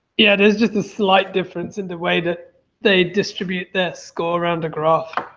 yeah, it is just a slight difference in the way, that they distribute their score around the graph.